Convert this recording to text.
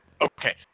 Okay